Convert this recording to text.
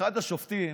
שאחד השופטים